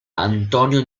antonio